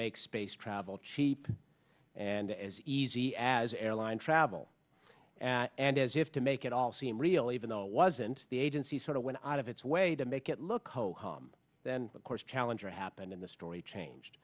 make space travel cheap and as easy as airline travel and as if to make it all seem real even though it wasn't the agency sort of went out of its way to make it look hohum then of course challenger happened in the story changed